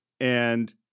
And-